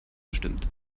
bestimmt